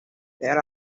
there